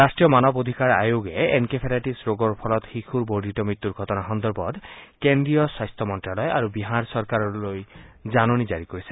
ৰাষ্ট্ৰীয় মানৱ অধিকাৰ আয়োগে এনকেফেলাইটিচ ৰোগৰ ফলত শিশুৰ বৰ্ধিত মৃত্যুৰ ঘটনা সন্দৰ্ভত কেন্দ্ৰীয় স্বাস্থ্য মন্ত্যালয় আৰু বিহাৰ চৰকাৰলৈ জাননী জাৰি কৰিছে